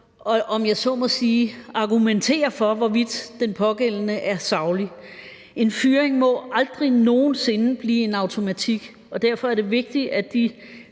at argumentere for, hvorvidt den pågældende fyring er saglig. En fyring må aldrig nogen sinde blive en automatik, og derfor er det vigtigt,